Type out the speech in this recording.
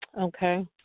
Okay